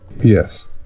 Yes